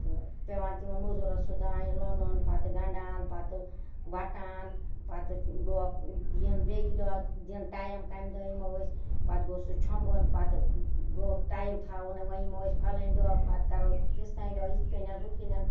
تہٕ پیوان تِمن موزوٗرَن سُہ دانہِ لونُن پَتہٕ گَنڈان پَتہٕ وَٹان پَتہٕ یِنۍ بیٚیہِ کہِ دۄہ دِنۍ ٹایم کمہِ دۄہ یِمو أسۍ پَتہٕ گوٚو سُہ چھۄمبُن پَتہٕ گوٚکھ ٹایم تھاوُن وۄنۍ یِمو أسۍ فَلٲنۍ دۄہ پَتہٕ کَرو فِستٲنۍ دۄہ یِتھ کٔنین ہُتھ کٔنین